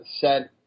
set